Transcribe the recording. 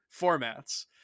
formats